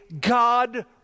God